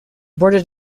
project